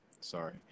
sorry